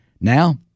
Now